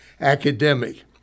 academic